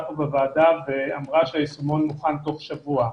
פה בוועדה ואמרה שהיישומון מוכן תוך שבוע.